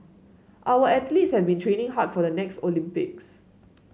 our athletes have been training hard for the next Olympics